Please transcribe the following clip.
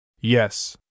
Yes